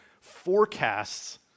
forecasts